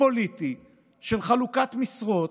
פוליטי, של חלוקת משרות,